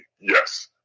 Yes